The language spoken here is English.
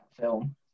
film